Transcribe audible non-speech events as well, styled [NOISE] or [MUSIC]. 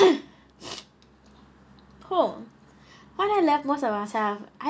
[COUGHS] [BREATH] oh what I loved most about myself I